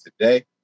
today